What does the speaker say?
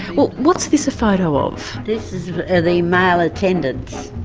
what's what's this a photo of? this is the male attendants.